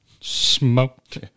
smoked